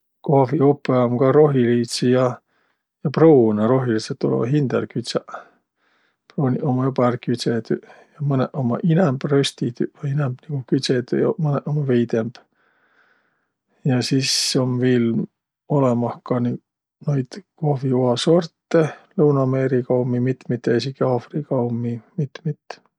Kohviupõ um kah rohiliidsi ja pruunõ. Rohilidsõq tulõvaq hindäl kütsäq. Pruuniq ummaq joba ärq küdsedüq. Ja mõnõq ummaq inämb röstidüq vai inämb nigu küdsedüq ja mõnõq ummaq veidemb. Ja sis um viil olõmah ka ni- noid kohviua sortõ, Lõunõ-Ameeriga ummi mitmit ja esiki Afriga ummi mitmit.